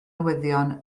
newyddion